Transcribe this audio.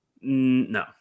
No